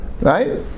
right